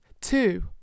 two